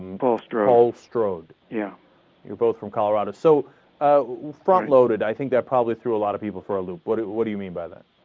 poster old strode yeah you're both from colorado so ah. front-loaded i think that public through a lot of people for a loop what it what do you mean by that